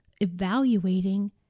evaluating